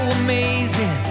amazing